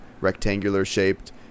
rectangular-shaped